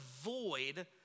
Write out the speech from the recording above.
avoid